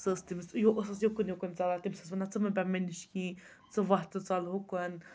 سُہ ٲس تٔمِس یہِ ٲسٕس یِکُن یِکُن ژَلان تٔمِس ٲس وَنان ژٕ مہٕ بیٚہہ مےٚ نِش کِہیٖنۍ ژٕ وَتھ ژٕ ژَل ہُکُن